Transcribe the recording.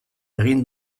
egin